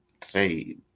say